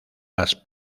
las